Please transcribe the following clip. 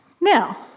Now